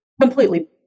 completely